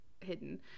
hidden